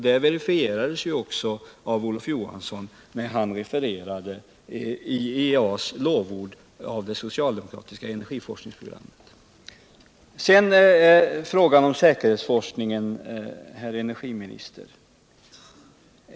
Detta verifierade också Olof Johansson när han refererade IEA:s lovord beträffande det socialdemokratiska energiforskningsprogrammet. Sedan till frågan om säkerhetsforskningen, herr energiminister.